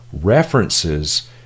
references